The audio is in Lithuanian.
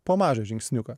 po mažą žingsniuką